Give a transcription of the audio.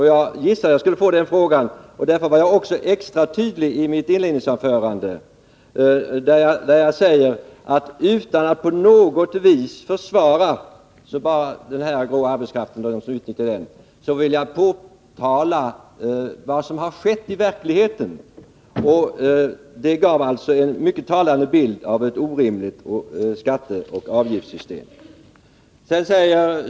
Jag gissade att jag skulle få den frågan, och jag var därför i mitt inledningsanförande extra tydlig på den punkten, Jag sade: Utan att på något vis försvara dem som utnyttjar grå arbetskraft vill jag påtala vad som har skett i verkligheten. Detta gav en mycket talande bild av ett orimligt skatteoch avgiftssystem.